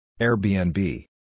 Airbnb